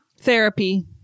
Therapy